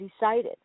decided